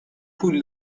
پول